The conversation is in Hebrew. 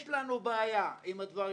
יש לנו בעיה עם זה,